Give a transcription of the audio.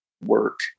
work